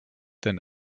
than